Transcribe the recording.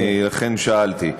לכן שאלתי.